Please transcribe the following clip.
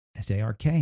SARK